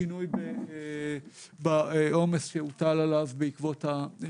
השינוי בעומס שהוטל עליו בעקבות הרפורמה.